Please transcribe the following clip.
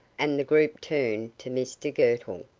and the group turned to mr girtle.